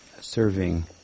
serving